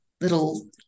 little